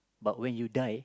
but when you die